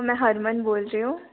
मैं हरमन बोल रही हूँ